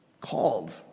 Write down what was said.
called